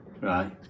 right